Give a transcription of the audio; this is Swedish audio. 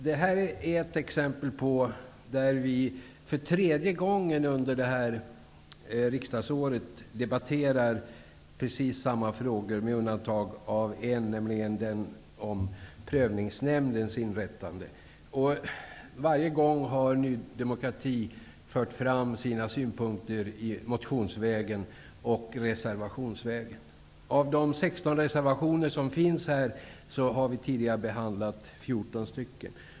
Det här ärendet är ett exempel på hur vi för tredje gången under detta riksdagsår debatterar precis samma frågor, med undantag av en, nämligen den om prövningsnämndens inrättande. Varje gång har Ny demokrati fört fram sina synpunkter motionsvägen och reservationsvägen. Av de 16 reservationer som finns här har vi tidigare behandlat 14 stycken.